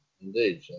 Indeed